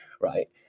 right